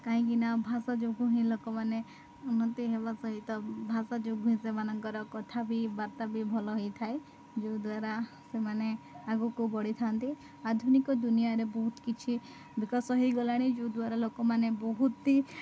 କାହିଁକିନା ଭାଷା ଯୋଗୁଁ ହିଁ ଲୋକମାନେ ଉନ୍ନତି ହେବା ସହିତ ଭାଷା ଯୋଗୁଁ ହିଁ ସେମାନଙ୍କର କଥା ବି ବାର୍ତ୍ତା ବି ଭଲ ହେଇଥାଏ ଯେଉଁଦ୍ୱାରା ସେମାନେ ଆଗକୁ ବଢ଼ିଥାନ୍ତି ଆଧୁନିକ ଦୁନିଆଁରେ ବହୁତ କିଛି ବିକାଶ ହେଇଗଲାଣି ଯୋଉଦ୍ୱାରା ଲୋକମାନେ ବହୁତ